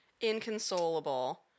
inconsolable